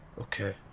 Okay